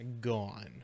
gone